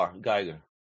Geiger